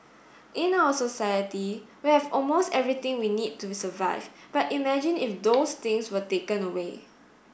in our society we have almost everything we need to survive but imagine if those things were taken away